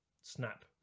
snap